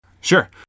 Sure